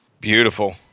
Beautiful